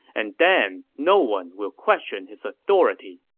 and then no one will question his authority.